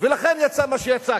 ולכן יצא מה שיצא.